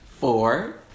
four